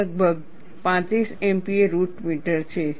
તે લગભગ 35 MPa root meter છે